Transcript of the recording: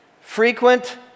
frequent